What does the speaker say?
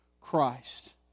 Christ